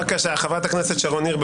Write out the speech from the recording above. בבקשה, חברת הכנסת שרון ניר.